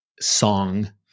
song